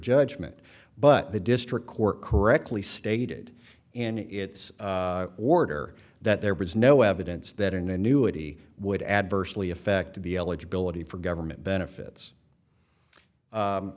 judgment but the district court correctly stated in is its order that there was no evidence that an annuity would adversely affect the eligibility for government benefits